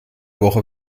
woche